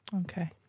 okay